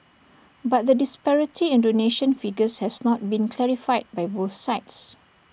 but the disparity in donation figures has not been clarified by both sides